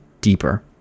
deeper